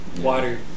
Water